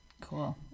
Cool